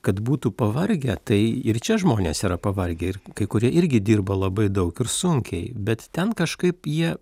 kad būtų pavargę tai ir čia žmonės yra pavargę ir kai kurie irgi dirba labai daug ir sunkiai bet ten kažkaip jie